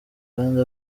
kandi